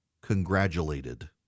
congratulated